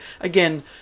again